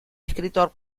escritor